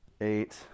eight